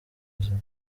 buzima